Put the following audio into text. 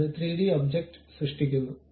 അത് 3 D object സൃഷ്ടിക്കുന്നു